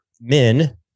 men